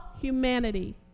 humanity